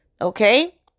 Okay